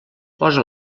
posa